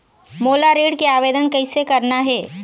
मोला ऋण के आवेदन कैसे करना हे?